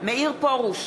מאיר פרוש,